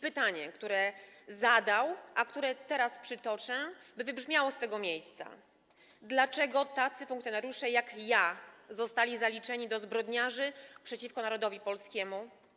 Pytania, które zadał, a które teraz przytoczę, by wybrzmiały z tego miejsca, to: Dlaczego tacy funkcjonariusze jak ja zostali zaliczeni do zbrodniarzy przeciwko narodowi polskiemu?